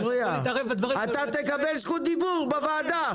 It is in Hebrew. אתה תקבל זכות דיבור בוועדה.